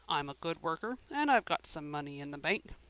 i'm a good worker and i've got some money in the bank.